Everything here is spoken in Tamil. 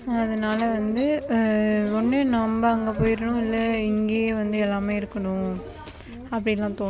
அதனால வந்து ஒன்று நம்ம அங்கே போயிடணும் இல்லை இங்கேயே வந்து எல்லாம் இருக்கணும் அப்படிலாம் தோணும்